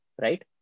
right